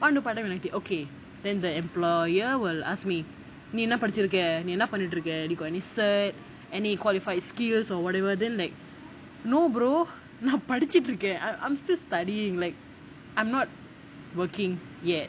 ஒன்னும் படிக்க வேணா:onnum padika venaa okay then the employer will ask me நீ என்ன படிச்சி இருக்க நீ என்ன பண்ணிட்டு இருக்க:nee enna padichi iruka nee enna pannittu iruka you got any cert~ any qualified skills or whatever then like no brother நான் படிச்சிட்டு இருக்கேன்:naan padichitu irukaen I'm still studying like I'm not working yet